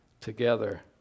together